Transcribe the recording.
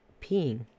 peeing